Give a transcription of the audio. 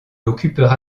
occupera